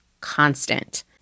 constant